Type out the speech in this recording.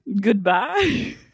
Goodbye